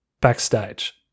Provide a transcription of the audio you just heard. backstage